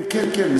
כן, כן.